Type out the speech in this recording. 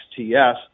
XTS